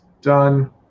Done